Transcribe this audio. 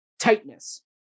tightness